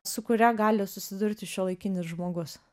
su kuria gali susidurti šiuolaikinis žmogus